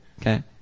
Okay